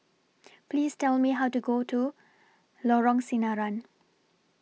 Please Tell Me How to get to Lorong Sinaran